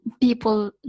people